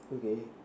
okay